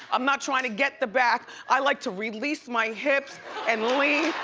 i'm not trying to get the back, i like to release my hips and lean.